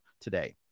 today